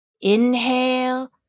Inhale